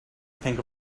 think